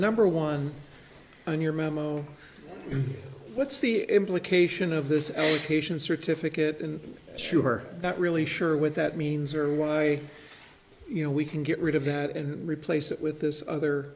number one on your memo what's the implication of this allocation certificate and sure that really sure what that means or why you know we can get rid of that and replace it with this other